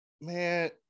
man